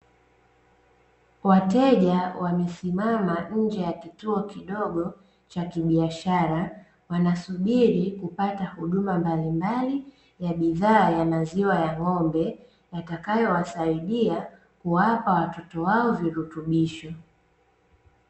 Wateja wamesimama nje ya kituo kidogo cha kibiashara, wanasubiri kupata huduma mbalimbali ya bidhaa ya maziwa ya ng'ombe, yatakayowasaidia kuwapa watoto wao virutubisho.